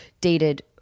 dated